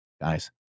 Guys